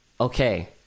okay